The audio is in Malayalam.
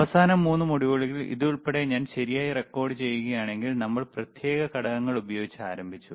അവസാന 3 മൊഡ്യൂളുകളിൽ ഇത് ഉൾപ്പെടെ ഞാൻ ശരിയായി റെക്കോർഡുചെയ്യുകയാണെങ്കിൽ നമ്മൾ പ്രത്യേക ഘടകങ്ങൾ ഉപയോഗിച്ച് ആരംഭിച്ചു